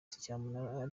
cyamunara